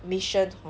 mission